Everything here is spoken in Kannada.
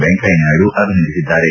ವೆಂಕಯ್ಯನಾಯ್ಡು ಅಭಿನಂದಿಸಿದ್ದಾರೆ